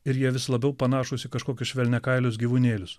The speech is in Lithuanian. ir jie vis labiau panašūs į kažkokius švelniakailius gyvūnėlius